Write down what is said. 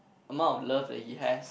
amount of love that he has